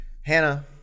Hannah